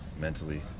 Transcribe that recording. mentally